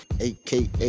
aka